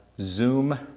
Zoom